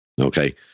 Okay